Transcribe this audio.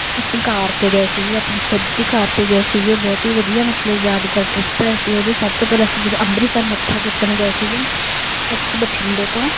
ਉੱਥੇ ਕਾਰ 'ਤੇ ਗਏ ਸੀਗੇ ਆਪਣੀ ਖੁਦ ਦੀ ਕਾਰ 'ਤੇ ਗਏ ਸੀਗੇ ਬਹੁਤ ਹੀ ਵਧੀਆ ਮਤਲਬ ਯਾਦਗਾਰ ਟ੍ਰਿਪ ਰਿਹਾ ਸੀ ਉਹਦੇ ਸਭ ਤੋਂ ਪਹਿਲਾਂ ਅਸੀਂ ਜਦੋਂ ਅੰਮ੍ਰਿਤਸਰ ਮੱਥਾ ਟੇਕਣ ਗਏ ਸੀਗੇ ਇੱਥੋਂ ਬਠਿੰਡੇ ਤੋਂ